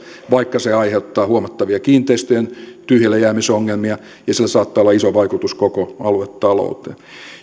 vaikka se aiheuttaa huomattavia kiinteistöjen tyhjällejäämisongelmia ja sillä saattaa olla iso vaikutus koko aluetalouteen